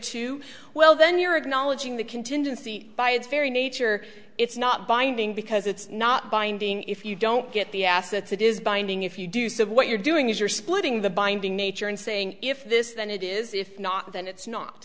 to well then you're acknowledging the contingency by its very nature it's not binding because it's not binding if you don't get the assets it is binding if you do so what you're doing is you're splitting the binding nature and saying if this then it is if not then it's not